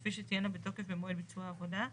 כפי שתהיינה בתוקף במועד ביצוע העבודה.